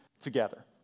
together